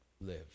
Live